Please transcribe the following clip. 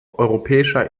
europäischer